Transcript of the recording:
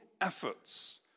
efforts